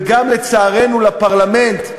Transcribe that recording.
ולצערנו גם לפרלמנט,